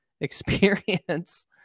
experience